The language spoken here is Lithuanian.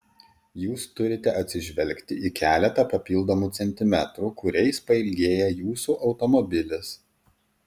jūs turite atsižvelgti į keletą papildomų centimetrų kuriais pailgėja jūsų automobilis